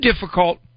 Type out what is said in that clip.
difficult